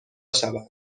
شوند